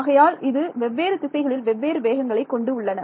ஆகையால் இது வெவ்வேறு திசைகளில் வெவ்வேறு வேகங்களை கொண்டு உள்ளன